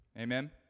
Amen